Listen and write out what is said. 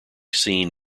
seen